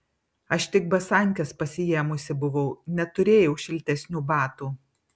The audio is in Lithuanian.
aš tik basankes pasiėmusi buvau neturėjau šiltesnių batų